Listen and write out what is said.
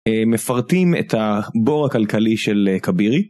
מפרטים את הבור הכלכלי של קבירי.